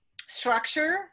structure